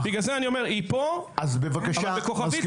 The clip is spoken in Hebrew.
בגלל זה אני אומר שהיא פה אבל בכוכבית.